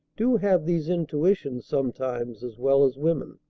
do have these intuitions sometimes as well as women.